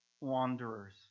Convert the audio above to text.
Wanderers